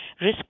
risk